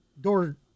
door